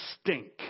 stink